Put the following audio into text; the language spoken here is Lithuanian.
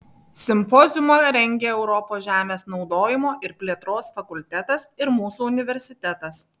simpoziumą rengė europos žemės naudojimo ir plėtros fakultetas ir mūsų universitetas